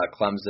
Clemson